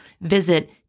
Visit